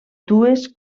dues